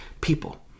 people